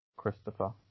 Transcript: Christopher